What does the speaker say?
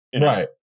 Right